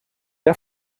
der